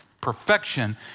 perfection